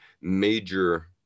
major